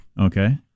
Okay